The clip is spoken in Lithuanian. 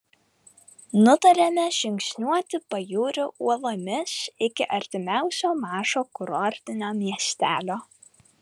nutarėme žingsniuoti pajūriu uolomis iki artimiausio mažo kurortinio miestelio